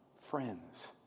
friends